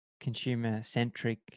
consumer-centric